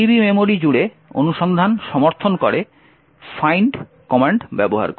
GDB memory জুড়ে অনুসন্ধান সমর্থন করে ফাইন্ড কমান্ড ব্যবহার করে